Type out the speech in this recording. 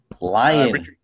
Lion